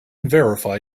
verify